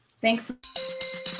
Thanks